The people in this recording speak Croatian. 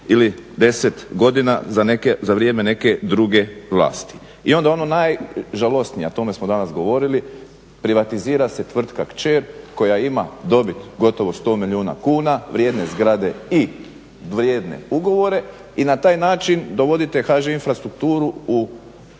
ili 10 godina za vrijeme neke druge vlasti. I ono najžalosnije, a o tome smo danas govorili, privatizira tvrtka Kćer koja ima dobit gotovo 100 milijuna kuna, vrijedne zgrade i vrijedne ugovore i na taj način dovodite HŽ infrastrukturu u